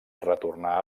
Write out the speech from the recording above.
retornà